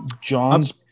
John's